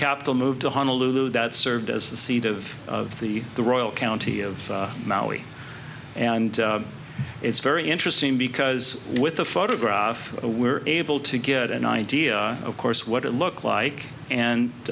capital moved to honolulu that served as the seat of of the the royal county of maui and it's very interesting because with a photograph we're able to get an idea of course what it look like and